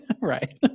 Right